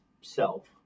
self